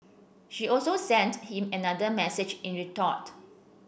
she also sent him another message in retort